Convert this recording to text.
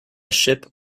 ship